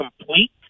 complete